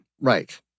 Right